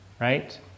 right